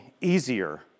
easier